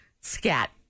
scat